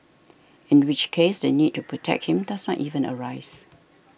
in which case the need to protect him does not even arise